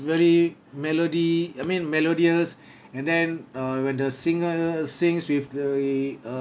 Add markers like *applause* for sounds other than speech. very melody I mean melodious *breath* and then uh when the singer sings with the